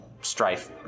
strife